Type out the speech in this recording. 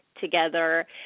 together